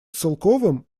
целковым